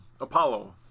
Apollo